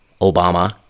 Obama